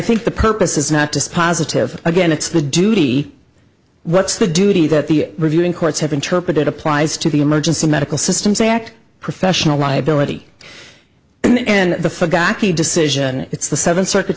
think the purpose is not dispositive again it's the duty what's the duty that the reviewing courts have interpreted applies to the emergency medical systems act professional liability and the forgot the decision it's the seventh circuit